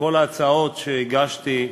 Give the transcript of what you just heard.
בכל ההצעות שהגשתי,